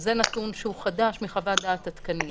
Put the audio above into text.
זה נתון חדש מחוות דעת עדכנית,